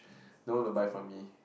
no one will buy from me